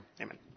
Amen